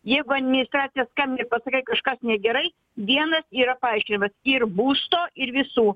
jeigu administracija skambins pasakyt kažkas negerai vienas yra paaiškinimas ir būsto ir visų